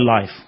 life